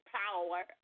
power